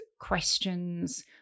questions